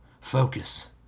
Focus